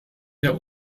der